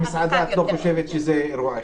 למה במסעדה את לא חושבת שזה אירוע אחד?